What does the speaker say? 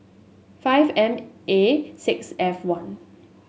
five M A six F one